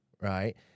right